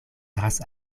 iras